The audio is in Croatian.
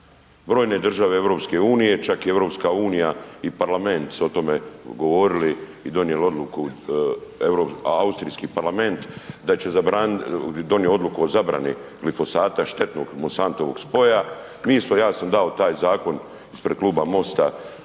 Brojne države EU, čak i EU i parlament su o tome govorili i donijeli odluku, a Austrijski parlament da će zabranit, donio odluku o zabrani glifosata štetnog Monsantovog spoja, mi smo, ja sam dao taj zakon ispred Kluba MOST-a